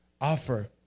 offer